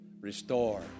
restore